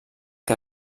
que